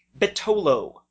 Betolo